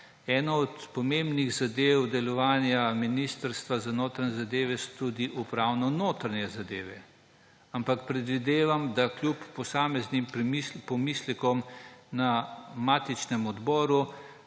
Ena od pomembnih zadev delovanja Ministrstva za notranje zadeve so tudi upravno-notranje zadeve, ampak predvidevam, da kljub posameznim pomislekom na matičnem odboru